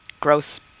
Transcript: gross